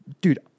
dude